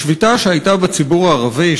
השביתה בציבור הערבי,